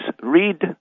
read